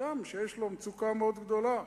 אדם שיש לו מצוקה מאוד גדולה.